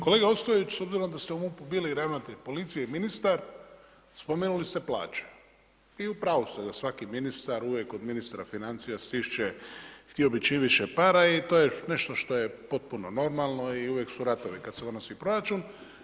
Kolega Ostojić, s obzirom da ste u MUP-u bili i ravnatelj policije i ministar spomenuli ste plaće i u pravu ste da svaki ministar uvijek od ministra financija stišće, htio bi čim više para i to je nešto što je potpuno normalno i uvijek su ratovi kad se donosi proračun.